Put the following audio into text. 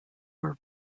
were